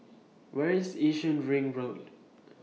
Where IS Yishun Ring Road